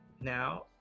now